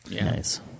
Nice